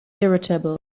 irritable